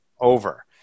over